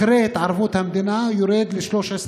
אחרי התערבות המדינה זה יורד ל-13%-14%;